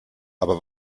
aber